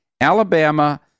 Alabama